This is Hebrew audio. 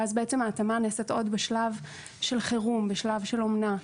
וההתאמה נעשית עוד בשלב של חירום, בשלב של אומנה.